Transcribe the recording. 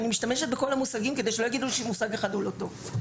אני משתמשת בכל המושגים כדי שלא יגידו שמושג אחד הוא לא טוב.